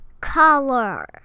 color